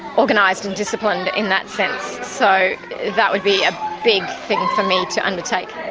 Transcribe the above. organised and disciplined in that sense, so that would be a big thing for me to undertake.